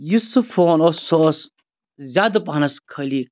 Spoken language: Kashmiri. یُس سُہ فون اوس سُہ اوس زیادٕ پَہنَس خٲلی